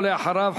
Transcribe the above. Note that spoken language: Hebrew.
ואחריו,